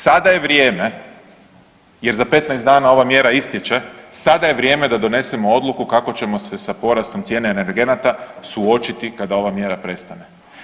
Sada je vrijeme jer za 15 dana ova mjera istječe, sada je vrijeme d donesemo odluku kako ćemo se sa porastom cijene energenata suočiti kada ova mjera prestane.